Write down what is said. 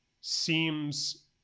seems